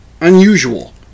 unusual